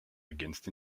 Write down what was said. against